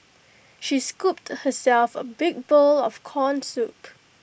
she scooped herself A big bowl of Corn Soup